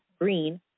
green